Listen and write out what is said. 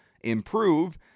improve